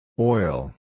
Oil